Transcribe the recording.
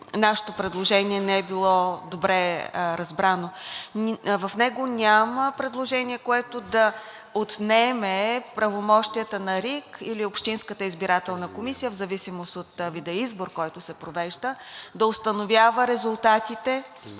нашето предложение не е било добре разбрано. В него няма предложение, което да отнеме правомощията на РИК или общинската избирателна комисия в зависимост от вида избор, който се провежда, да установява резултатите